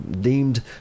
deemed